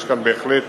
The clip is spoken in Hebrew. יש בהחלט